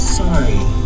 sorry